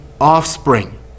offspring